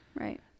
Right